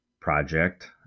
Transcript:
project